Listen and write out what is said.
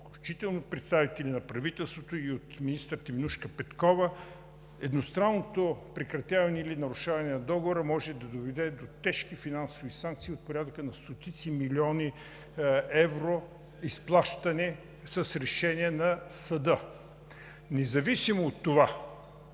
от представители на правителството, и от министър Теменужка Петкова: „Едностранното прекратяване или нарушаване на договора може да доведе до тежки финансови санкции от порядъка на стотици милиони евро, изплащани с решение на съда“. Независимо от това,